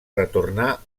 retornà